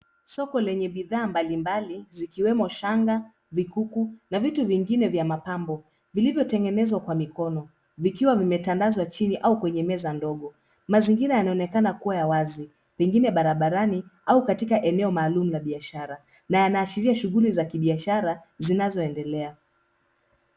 Soko lenye bidhaa mbalimbali, zikiwemo shanga, vikuku na vitu vingine vya mapambo vilivyotengenezwa kwa mikono vikiwa vimetendazwa chini au kwenye meza ndogo. Mazingira yanaonekana kuwa ya wazi pengine barabarani au katika eneo maalum la biashara na yanaashiria shughuli za kibiashara zinazoendelea.